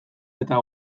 eta